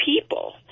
people